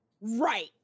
Right